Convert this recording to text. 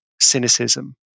cynicism